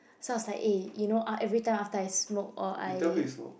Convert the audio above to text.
so I was like eh you know uh everytime after I smoke or I